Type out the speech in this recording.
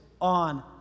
on